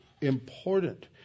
important